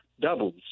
doubles